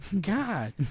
God